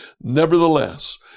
Nevertheless